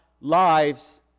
lives